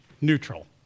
neutral